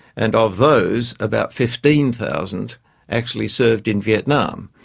and of those about fifteen thousand actually served in vietnam.